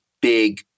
big